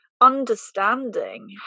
understanding